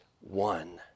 one